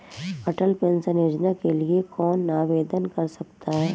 अटल pension Yojana के लिए कौन आवेदन कर सकता है?